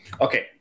okay